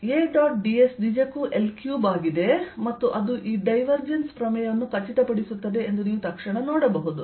A dot ds ನಿಜಕ್ಕೂ L cube ಆಗಿದೆ ಮತ್ತು ಅದು ಈ ಡೈವರ್ಜೆನ್ಸ್ ಪ್ರಮೇಯವನ್ನು ಖಚಿತಪಡಿಸುತ್ತದೆ ಎಂದು ನೀವು ತಕ್ಷಣ ನೋಡಬಹುದು